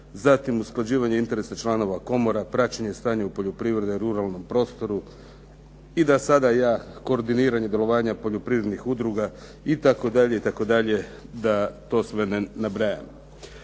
Zatim usklađivanje interesa članova komora, praćenje stanja u poljoprivredi, ruralnom prostoru, koordiniranje djelovanja poljoprivrednih udruga itd., itd. da to sve ne nabrajam.